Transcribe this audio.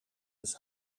his